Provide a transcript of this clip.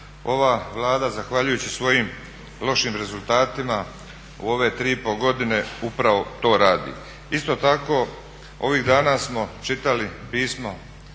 ova Vlada zahvaljujući svojim lošim rezultatima u ove 3,5 godine upravo to radi. Isto tako ovih dana smo čitali pismo